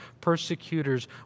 persecutors